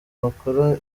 bakora